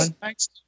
thanks